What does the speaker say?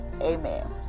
amen